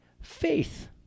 faith